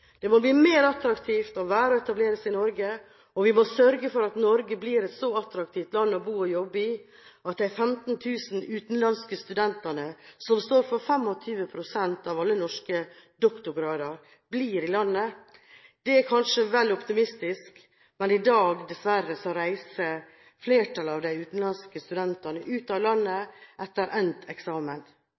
Det må bli mer attraktivt å være og å etablere seg i Norge. Vi må sørge for at Norge blir et så attraktivt land å bo og jobbe i at de 15 000 utenlandske studentene som står for 25 pst. av alle norske doktorgrader, blir i landet. Det er kanskje vel optimistisk, for i dag – dessverre – reiser flertallet av de utenlandske studentene ut av landet etter endt eksamen.